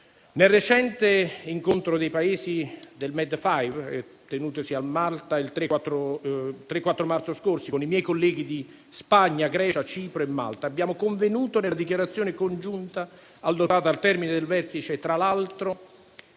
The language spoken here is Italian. Nel recente incontro dei Paesi del Med5, tenutosi a Malta il 3 e 4 marzo scorso, con i miei colleghi di Spagna, Grecia, Cipro e Malta abbiamo convenuto, nella dichiarazione congiunta adottata al termine del vertice, tra l'altro,